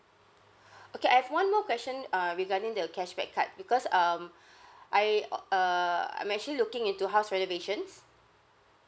okay I have one more question uh regarding the cashback card bebecause um I uh err I'm actually looking into house renovations